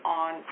on